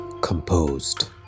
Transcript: composed